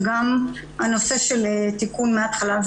וגם הנושא של תיקון מהתחלה.